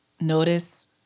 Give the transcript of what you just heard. Notice